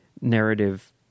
narrative